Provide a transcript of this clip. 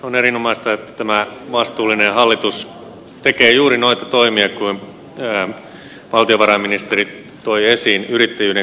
on erinomaista että tämä vastuullinen hallitus tekee juuri noita toimia kuin valtiovarainministeri toi esiin yrittäjyyden kannustamiseksi